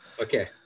Okay